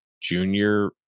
junior